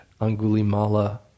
Angulimala